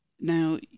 Now